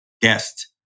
guest